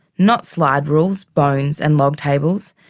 not slide rules, bones and log tables.